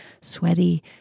sweaty